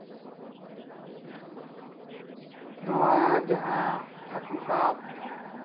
ᱱᱚᱶᱟ ᱡᱟᱦᱟᱸ ᱦᱟᱹᱠᱩ ᱥᱟᱵ